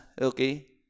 okay